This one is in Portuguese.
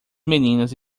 meninas